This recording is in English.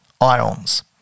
ions